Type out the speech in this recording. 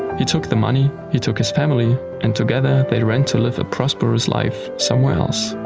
he took the money, he took his family and together they ran to live a prosperous life somewhere else.